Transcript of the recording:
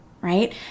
Right